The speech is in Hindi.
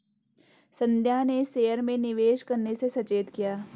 संध्या ने शेयर में निवेश करने से सचेत किया